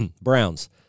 Browns